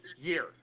year